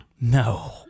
No